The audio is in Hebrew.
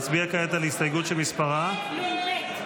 נצביע כעת על הסתייגות שמספרה -- נ"ב.